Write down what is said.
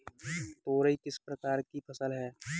तोरई किस प्रकार की फसल है?